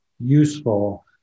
useful